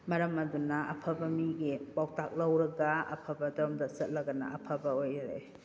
ꯃꯔꯝ ꯑꯗꯨꯅ ꯑꯐꯕ ꯃꯤꯒꯤ ꯄꯥꯎꯇꯥꯛ ꯂꯧꯔꯒ ꯑꯐꯕ ꯑꯗꯣꯝꯗ ꯆꯠꯂꯒꯅ ꯑꯐꯕ ꯑꯣꯏꯔꯛꯑꯦ